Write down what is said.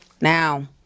now